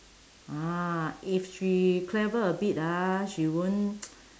ah if she clever a bit ah she won't